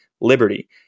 Liberty